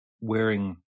wearing